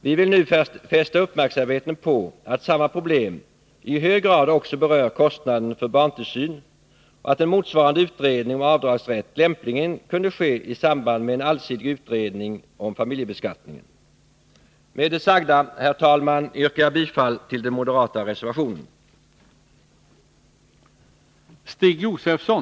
Vi vill nu fästa uppmärksamheten på att samma problem i hög grad också berör kostnaden för barntillsyn och att en motsvarande utredning om avdragsrätt lämpligen kunde ske i samband med en allsidig utredning om familjebeskattningen. Herr talman! Med det sagda yrkar jag bifall till den moderata reservationen.